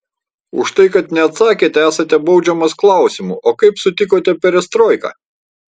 už tai kad neatsakėte esate baudžiamas klausimu o kaip sutikote perestroiką